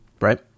right